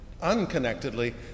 unconnectedly